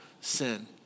sin